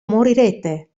morirete